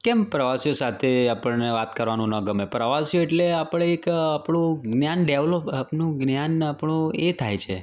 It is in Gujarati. કેમ પ્રવાસીઓ સાથે આપણને વાત કરવાનું ન ગમે પ્રવાસીઓ એટલે આપણે એક આપણું જ્ઞાન ડેવેલોપ આપણું જ્ઞાન આપણું એ થાય છે